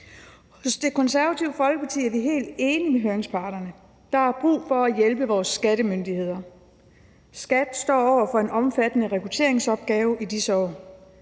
I Det Konservative Folkeparti er vi helt enige med høringsparterne. Der er brug for at hjælpe vores skattemyndigheder. Skatteministeriet står over for en omfattende rekrutteringsopgave i disse år.